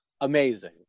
Amazing